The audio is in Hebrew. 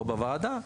פה בוועדה,